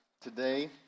today